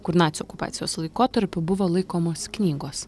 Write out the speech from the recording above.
kur nacių okupacijos laikotarpiu buvo laikomos knygos